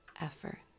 effort